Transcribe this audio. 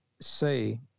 say